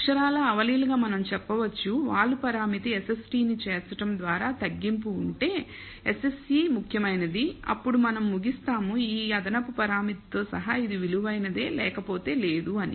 అక్షరాలా అవలీలగా మనం చెప్పవచ్చు వాలు పరామితి SST నీ చేర్చడం ద్వారా తగ్గింపు ఉంటే SSE ముఖ్యమైనది అప్పుడు మనం ముగిస్తాము ఈ అదనపు పరామితితో సహా ఇది విలువైనదే లేకపోతే లేదు అని